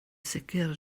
sicr